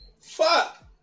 Fuck